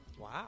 Wow